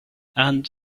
and